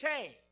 change